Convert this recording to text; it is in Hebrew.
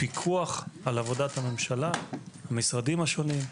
פיקוח על עבודת הממשלה והמשרדים השונים.